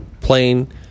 plane